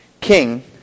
king